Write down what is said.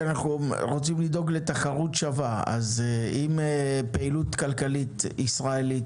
רוצים לדאוג לתחרות שווה אז אם פעילות כלכלית ישראלית